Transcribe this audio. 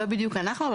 לא בדיוק אנחנו,